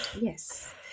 yes